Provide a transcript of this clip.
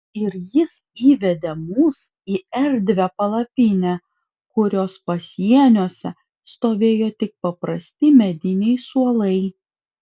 ir jis įvedė mus į erdvią palapinę kurios pasieniuose stovėjo tik paprasti mediniai suolai